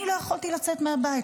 אני לא יכולתי לצאת מהבית,